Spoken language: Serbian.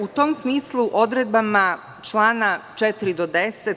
U tom smislu, odredbama čl. 4-10.